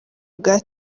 bwa